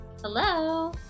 Hello